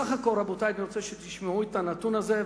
רבותי, אני רוצה שתשמעו את הנתון הזה.